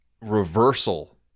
reversal